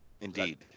indeed